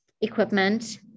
equipment